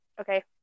Okay